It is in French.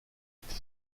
été